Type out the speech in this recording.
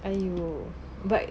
!aiyo! but